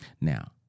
Now